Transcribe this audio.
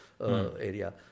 area